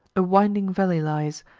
a winding valley lies,